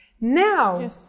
Now